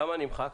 למה נמחק?